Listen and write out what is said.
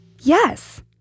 Yes